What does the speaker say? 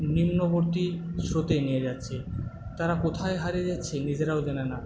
নিম্নবর্তী স্রোতে নিয়ে যাচ্ছে তারা কোথায় হারিয়ে যাচ্ছে নিজেরাও জানে না